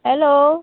hello